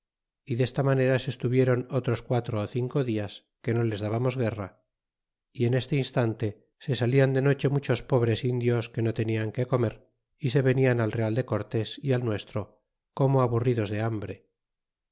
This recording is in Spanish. y desta manera se estuviéron otros quatro cinco dias que no les dábamos guerra y en este instante se salían de noche muchos pobres indios que no tenian que comer y se venían al real de cortes y al nuestro como aburridos de hambre